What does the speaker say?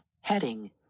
heading